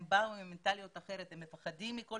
הם באו ממנטליות אחרת והם מפחדים מכל